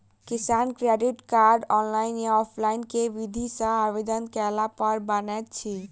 किसान credit card, online या offline केँ विधि सँ आवेदन कैला पर बनैत अछि?